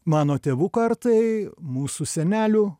mano tėvų kartai mūsų senelių